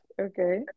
okay